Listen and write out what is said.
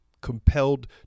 compelled